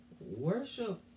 Worship